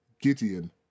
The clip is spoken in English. Gideon